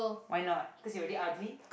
why not because you already ugly